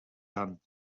tant